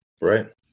right